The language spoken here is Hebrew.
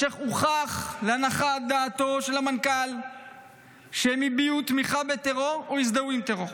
אם הוכח להנחת דעתו של המנכ"ל שהם הביעו תמיכה בטרור או הזדהו עם טרור.